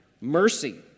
mercy